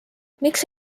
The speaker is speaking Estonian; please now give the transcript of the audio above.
miks